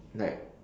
like